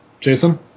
Jason